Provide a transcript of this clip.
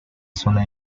zona